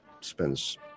spends